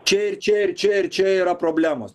čia ir čia ir čia ir čia yra problemos